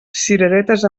cireretes